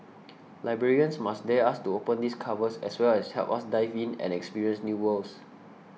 librarians must dare us to open these covers as well as help us dive in and experience new worlds